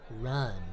run